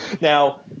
Now